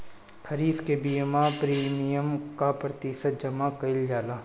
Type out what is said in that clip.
खरीफ के बीमा प्रमिएम क प्रतिशत जमा कयील जाला?